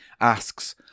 asks